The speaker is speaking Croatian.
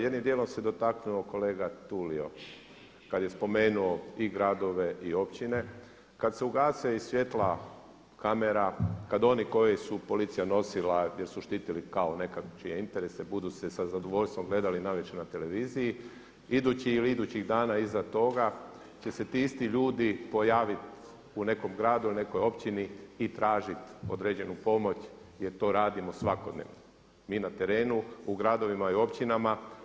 Jednim dijelom se dotaknuo kolega Tulio kada je spomenuo i gradove i općine, kada se ugase i svjetla kamera, kada oni koji su policija nosila jer su štitili kao nečije interese budu se za zadovoljstvom gledali navečer na televiziji, idući ili idućih dana iza toga će se ti isti ljudi pojaviti u nekom gradu ili nekoj općini i tražiti određenu pomoć jer to radimo svakodnevno, mi na terenu u gradovima i općinama.